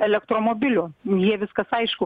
elektromobilių jie viskas aišku